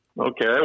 Okay